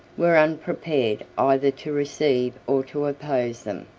were unprepared either to receive or to oppose them.